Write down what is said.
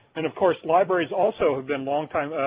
and of course libraries also have been long-time,